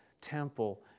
temple